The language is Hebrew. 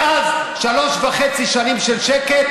ואז שלוש שנים וחצי של שקט,